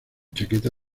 chaqueta